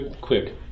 quick